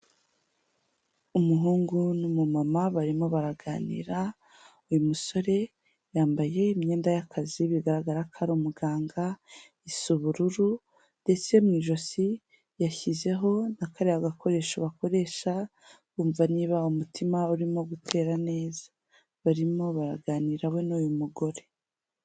Umuhungu n'umumama barimo baraganira, uyu musore, yambaye imyenda y'akazi bigaragara ko ari umuganga, isa ubururu ndetse mu ijosi yashyizeho na kariya gakoresho bakoresha, bumva niba umutima urimo gutera neza. Barimo baraganira we n'uyu mugore.